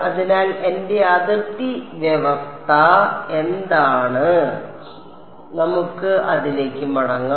അതിനാൽ എന്റെ അതിർത്തി വ്യവസ്ഥ എന്താണ് നമുക്ക് അതിലേക്ക് മടങ്ങാം